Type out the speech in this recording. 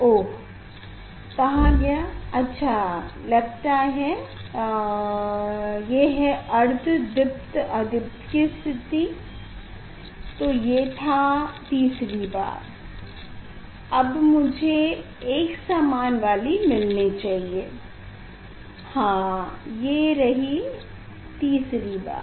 ओह कहाँ गया अच्छा लगता है ये है अर्ध दीप्त अदीप्त की स्थिति तो ये था तीसरी बार अब मुझे एकसमान वाली मिलनी चाहिए हाँ ये रहा तीसरी बार